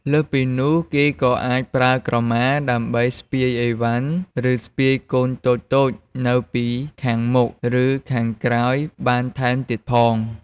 លើសពីនោះ គេក៏អាចប្រើក្រមា ដើម្បីស្ពាយឥវ៉ាន់ ឬ ស្ពាយកូនតូចៗនៅពីខាងមុខ ឬ ខាងក្រោយបានថែមទៀតផង។